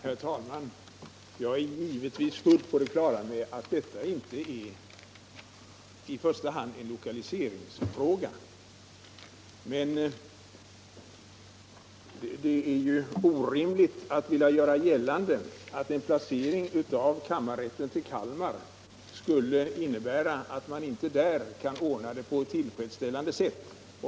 Herr talman! Jag är givetvis fullt på det klara med att detta inte i första hand är en lokaliseringsfråga, men det är ju orimligt att vilja göra gällande att kammarrätten vid en placering i Kalmar inte skulle kunna verka på ett tillfredsställande sätt.